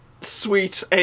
Sweet